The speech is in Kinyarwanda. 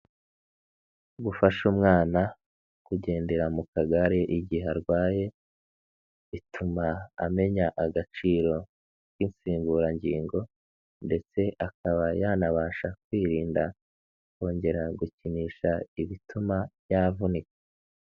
Gufasha umwana kugendera mu kagare igihe arwaye, bituma amenya agaciro k'insimburangingo ndetse akaba yanabasha kwirinda kongera gukinisha ibituma yavunika.